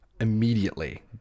immediately